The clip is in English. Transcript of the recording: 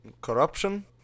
corruption